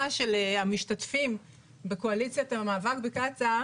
של המשתתפים בקואליציית המאבק בקצא"א.